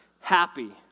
happy